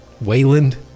Wayland